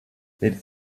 mit